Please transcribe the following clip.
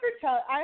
tell –